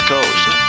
Coast